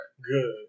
Good